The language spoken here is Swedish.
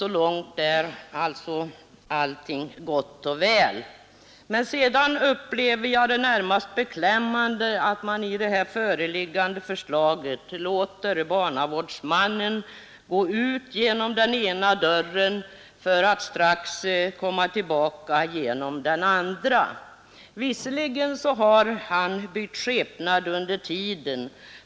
Så långt är sålunda allting gott och väl. Men sedan upplever jag det närmast som beklämmande att man i föreliggande förslag låter barnavårdsmannen gå ut genom den ena dörren för att straxt komma tillbaka genom den andra, även om han har bytt skepnad under tiden.